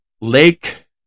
lake